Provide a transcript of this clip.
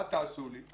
מה תעשו לי?